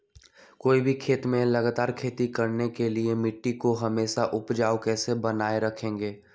कोई भी खेत में लगातार खेती करने के लिए मिट्टी को हमेसा उपजाऊ कैसे बनाय रखेंगे?